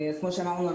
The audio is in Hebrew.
כמו שאמרנו,